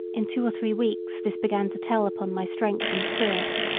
in two or three weeks this began to tell upon my strength and spirits.